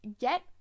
get